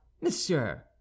monsieur